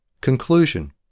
Conclusion